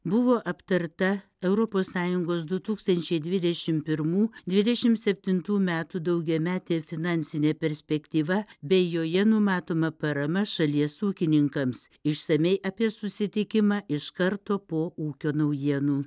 buvo aptarta europos sąjungos du tūkstančiai dvidešimt pirmų dvidešimt septintų metų daugiametė finansinė perspektyva bei joje numatoma parama šalies ūkininkams išsamiai apie susitikimą iš karto po ūkio naujienų